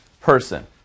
person